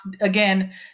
Again